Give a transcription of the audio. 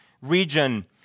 region